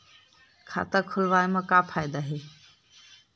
खाता खोलवाए मा का फायदा हे